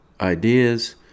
ideas